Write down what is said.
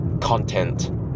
content